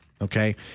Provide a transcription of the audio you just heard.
Okay